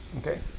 Okay